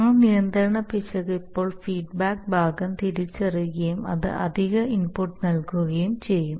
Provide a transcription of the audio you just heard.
ആ നിയന്ത്രണ പിശക് ഇപ്പോൾ ഫീഡ്ബാക്ക് ഭാഗം തിരിച്ചറിയുകയും അത് അധിക ഇൻപുട്ട് നൽകുകയും ചെയ്യും